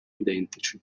identici